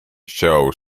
show